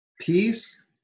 peace